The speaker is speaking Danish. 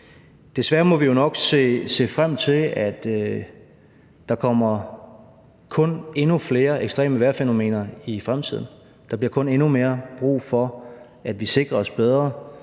Desværre må vi jo nok se frem til, at der kun kommer endnu flere ekstreme vejrfænomener i fremtiden, og der bliver kun endnu mere brug for, at vi sikrer os bedre